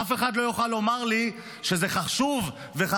אף אחד לא יוכל לומר לי שזה חשוב וחכם